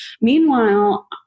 Meanwhile